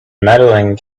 medaling